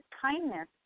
kindness